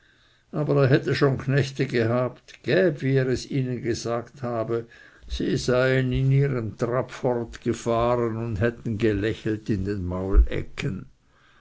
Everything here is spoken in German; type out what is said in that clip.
aber er hätte schon knechte gehabt gäb wie er es ihnen gesagt habe sie seien in ihrem trapp fortgefahren und hätten gelächelt in den